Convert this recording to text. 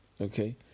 Okay